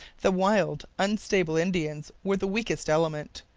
the wild, unstable indians were the weakest element.